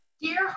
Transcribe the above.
Dear